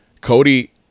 Cody